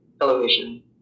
television